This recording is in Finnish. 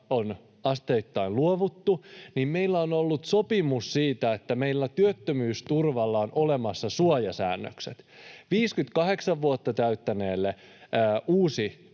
on asteittain luovuttu, niin meillä on ollut sopimus siitä, että meillä työttömyysturvalla on olemassa suojasäännökset: 58 vuotta täyttäneelle uusi